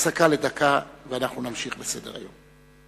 הפסקה בת דקה, ונמשיך בסדר-היום.